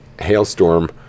hailstorm